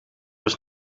was